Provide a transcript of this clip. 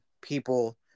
people